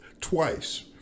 Twice